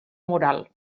moral